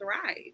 thrive